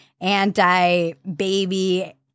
anti-baby